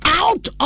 out